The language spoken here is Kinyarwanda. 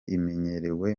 imenyerewe